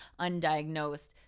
undiagnosed